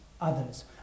others